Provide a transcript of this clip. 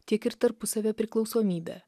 tiek ir tarpusavio priklausomybę